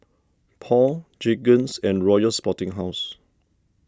Paul Jergens and Royals Sporting House